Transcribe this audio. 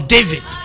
David